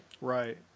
Right